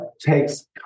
takes